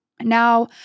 Now